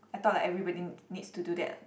I thought like everybody needs to do that